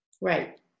Right